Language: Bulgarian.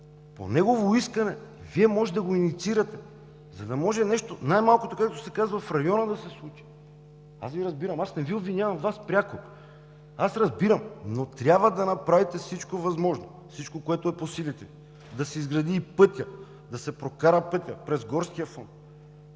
по негово искане. Вие може да го инициирате, за да може, най-малкото, както се казва, в района да се случва. Аз Ви разбирам! Не Ви обвинявам пряко. Разбирам! Но трябва да направите всичко възможно, всичко, което е по силите, да се изгради пътят, да се прокара път през Горския фонд,